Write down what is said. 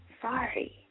Sorry